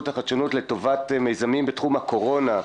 לחדשנות לטובת מיזמים בתחום הקורונה.